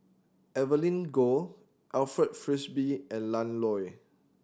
Evelyn Goh Alfred Frisby and Ian Loy